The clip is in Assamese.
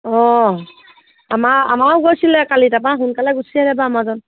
অঁ আমাৰ আমাৰো গৈছিলে কালি তাৰপৰা সোনকালে গুচি আহিলে বাৰু আমাৰাজন